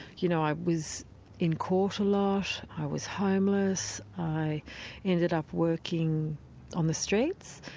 you know i was in court a lot, i was homeless, i ended up working on the streets,